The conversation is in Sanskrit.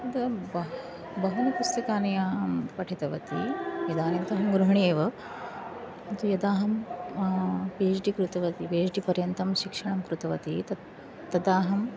तद् बह् बहूनि पुस्तकानि आ अहं पठितवती इदानीं तु अहं गृहिणी एव किन्तु यदाहं पि एच् डि कृतवती पि एच् डि पर्यन्तं शिक्षणं कृतवती तत् तदाहं